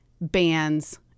bands